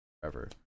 forever